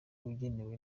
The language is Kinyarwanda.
umerewe